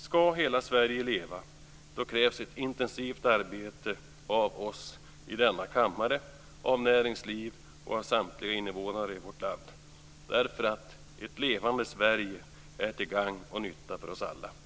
Ska hela Sverige leva krävs ett intensivt arbete av oss i denna kammare, av näringsliv och av samtliga invånare i vårt land. Ett levande Sverige är till gagn och nytta för oss alla. Tack!